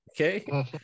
Okay